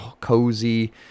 cozy